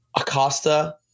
Acosta